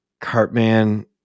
Cartman